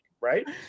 right